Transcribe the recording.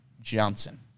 Johnson